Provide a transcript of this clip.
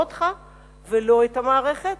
לא אותך ולא את המערכת,